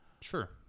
Sure